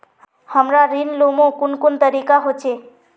हमरा ऋण लुमू कुन कुन तरीका होचे?